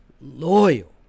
loyal